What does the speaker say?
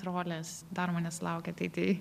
rolės dar manęs laukia tai tai